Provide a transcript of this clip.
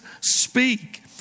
speak